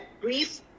grief